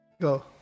Go